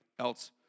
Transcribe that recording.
Else